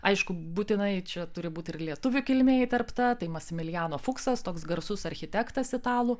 aišku būtinai čia turi būt ir lietuvių kilmė įterpta tai masimiljano fuksas toks garsus architektas italų